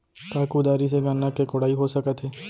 का कुदारी से गन्ना के कोड़ाई हो सकत हे?